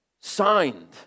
signed